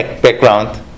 Background